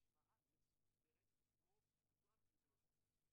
מה שפרופ' חוברס אמרה כרגע,